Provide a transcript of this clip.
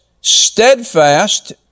steadfast